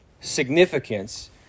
significance